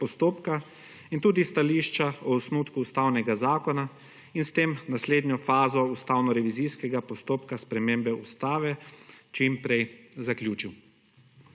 in tudi stališča o osnutku Ustavnega zakona in s tem naslednjo fazo ustavnorevizijskega postopka spremembe ustave čim prej zaključil.